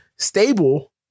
Stable